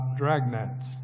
dragnets